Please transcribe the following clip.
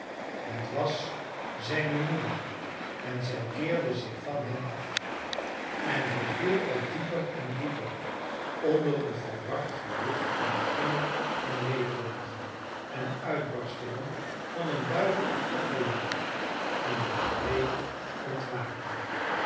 het was zijne moeder en zij keerde zich van hem af en hij viel al dieper en dieper onder een verward gerucht van gillen en weeklachten en uitbarstingen van een duivelachtig gelach en legree ontwaakte